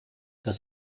dass